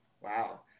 Wow